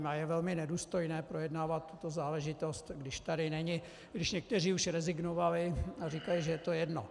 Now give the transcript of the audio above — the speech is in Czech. Ale je velmi nedůstojné projednávat tuto záležitost, když tady není, když někteří už rezignovali a říkají, že už je to jedno.